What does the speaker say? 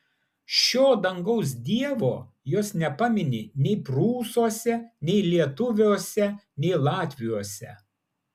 šio dangaus dievo jos nepamini nei prūsuose nei lietuviuose nei latviuose